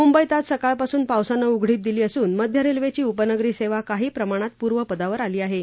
मुंबईत आज सकाळपासून पावसानं उघडीप दिली असून मध्य रेल्वेची उपनगरी सेवा काही प्रमाणात पूर्वपदावर आली आहा